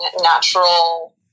natural